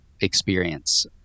experience